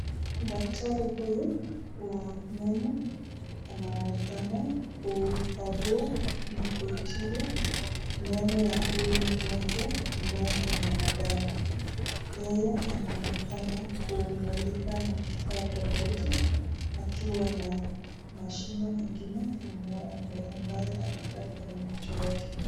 Daktari huyu wa meno anaonekana kukagua na kutibu meno ya huyu mgonjwa ambaye ni mwanadada, yeye anaonekana kumilika na kifaa tofauti akiwa na mashine ingine ambaye ameeka kwenye macho yake.